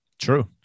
True